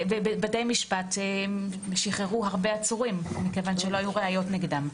בתי המשפט שחררו הרבה עצורים מכיוון שלא היו ראיות נגדם.